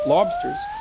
Lobsters